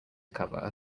cover